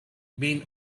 been